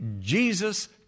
Jesus